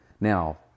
Now